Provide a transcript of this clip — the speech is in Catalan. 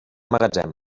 magatzem